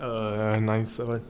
err nicer